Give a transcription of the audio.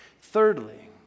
Thirdly